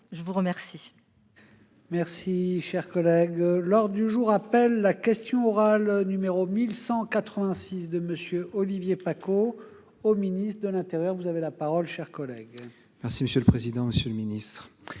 je vous remercie.